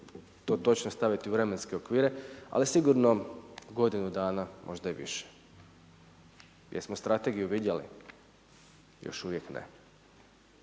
to točno staviti u vremenske okvire, ali sigurno godinu danas možda i više. Jel' smo strategiju vidjeli? Još uvijek ne.